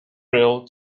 rail